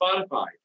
Spotify